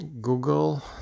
Google